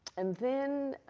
and then